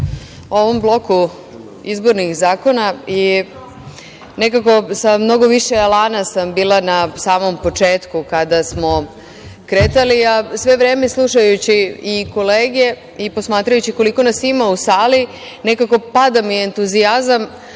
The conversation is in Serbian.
o ovom bloku izbornih zakona i nekako sa mnogo više elana sam bila na samom početku, kada smo kretali, a sve vreme slušajući i kolege i posmatrajući koliko nas ima u sali, nekako mi pada entuzijazam.